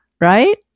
right